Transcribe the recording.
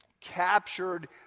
captured